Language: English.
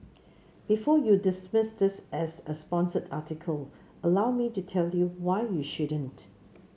before you dismiss this as a sponsored article allow me to tell you why you shouldn't